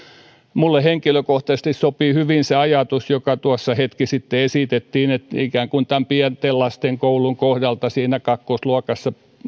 minulle henkilökohtaisesti sopii hyvin se ajatus joka tuossa hetki sitten esitettiin että pienten lasten koulun kohdalla siinä kakkosluokan